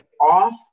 off